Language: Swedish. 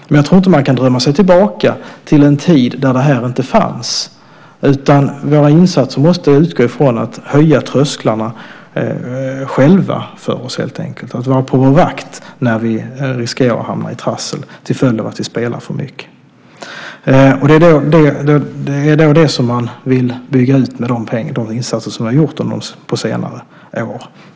Men jag tror inte att man kan drömma sig tillbaka till en tid då detta inte fanns, utan våra insatser måste utgå från att vi själva ska höja trösklarna och vara på vår vakt när vi riskerar att hamna i trassel till följd av att vi spelar för mycket. Det är detta som man vill bygga ut med insatserna och pengarna under senare år.